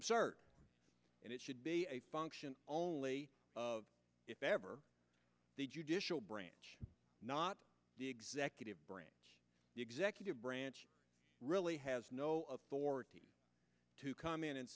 absurd and it should be a function only of if ever the judicial branch not the executive branch the executive branch really has no authority to come in and